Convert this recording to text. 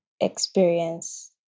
experience